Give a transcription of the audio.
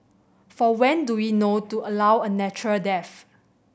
for when do we know to allow a natural death